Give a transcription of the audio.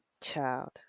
Child